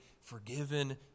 forgiven